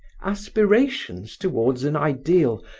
aspirations towards an ideal,